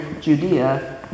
Judea